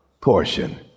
portion